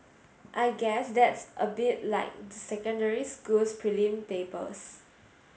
I guess that's a bit like the secondary school's prelim papers